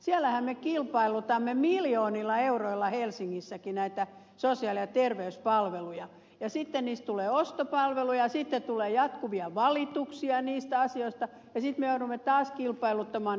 siellähän me kilpailutamme miljoonilla euroilla helsingissäkin näitä sosiaali ja terveyspalveluita sitten niistä tulee ostopalveluja sitten tulee jatkuvia valituksia niistä asioista ja sitten me joudumme taas kilpailuttamaan ne uudestaan